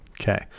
Okay